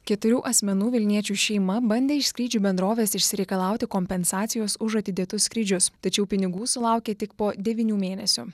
keturių asmenų vilniečių šeima bandė iš skrydžių bendrovės išsireikalauti kompensacijos už atidėtus skrydžius tačiau pinigų sulaukė tik po devynių mėnesių